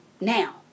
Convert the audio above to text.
Now